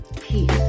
Peace